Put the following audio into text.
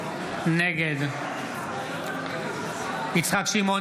נגד יצחק שמעון